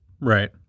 Right